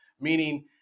meaning